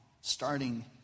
starting